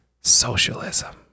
Socialism